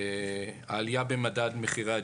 העלייה במדד מחירי הדירות).